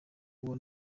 ubwo